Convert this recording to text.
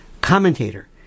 commentator